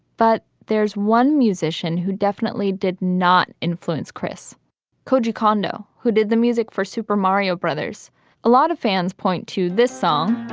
but there's one musician who definitely did not influence chris koji kondo, who did the music for super mario brothers a lot of fans point to this song